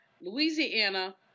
Louisiana